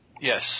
Yes